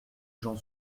j’en